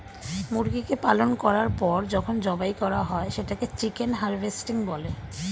মুরগিকে পালন করার পর যখন জবাই করা হয় সেটাকে চিকেন হারভেস্টিং বলে